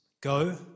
Go